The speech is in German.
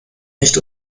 nicht